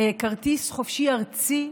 כרטיס חופשי ארצי,